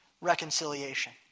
reconciliation